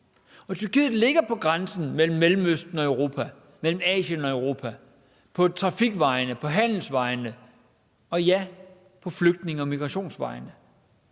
Tyrkiet ligger på grænsen mellem Mellemøsten og Europa, mellem Asien og Europa, hvad angår trafikvejene, handelsvejene, og ja, flygtninge- og migrationsvejene.